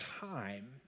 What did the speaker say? time